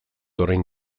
orain